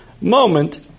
moment